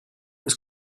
was